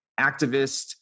activist